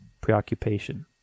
preoccupation